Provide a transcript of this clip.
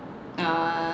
err